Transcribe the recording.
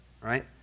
right